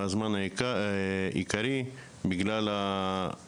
היה בגלל